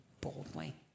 boldly